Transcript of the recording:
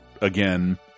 again